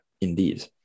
indeed